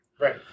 Right